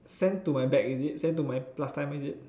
send to my back is it send to my last time is it